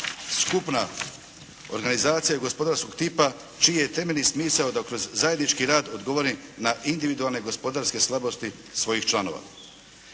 skupna organizacija gospodarskog tipa čiji je temeljni smisao da kroz zajednički rad odgovori na individualne gospodarske slabosti svojih članova.